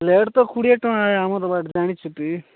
plate ତ କୋଡ଼ିଏ ଟଙ୍କା ଆମର ଜାଣିଛୁଟି